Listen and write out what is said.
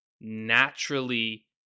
naturally